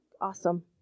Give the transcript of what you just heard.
awesome